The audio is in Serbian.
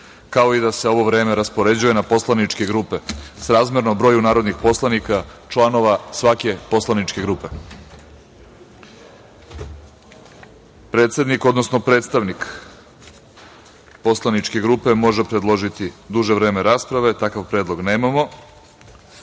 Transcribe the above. kao i da se ovo vreme raspoređuje na poslaničke grupe, srazmerno broju narodnih poslanika, članova svake poslaničke grupe. Predsednik, odnosno predstavnik poslaničke grupe može predložiti duže vreme rasprave. Takav predlog nemamo. Sada